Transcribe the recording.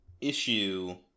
issue